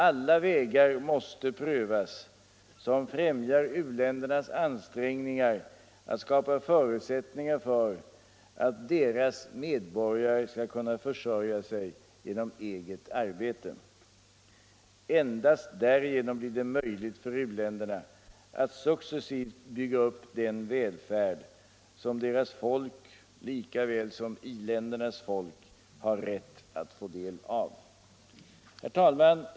Alla vägar måste prövas som främjar u-ländernas ansträngningar att skapa förutsättningar för att deras medborgare skall kunna försörja sig genom eget arbete. Endast därigenom blir det möjligt för u-länderna att successivt bygga upp den välfärd som deras folk lika väl som i-ländernas har rätt att få del av. Herr talman!